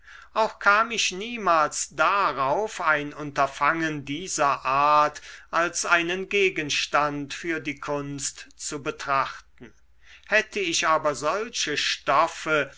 auch kam ich niemals darauf ein unterfangen dieser art als einen gegenstand für die kunst zu betrachten hätte ich aber solche stoffe